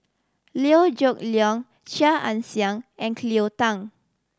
Liew Geok Leong Chia Ann Siang and Cleo Thang